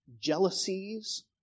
jealousies